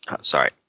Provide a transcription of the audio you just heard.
sorry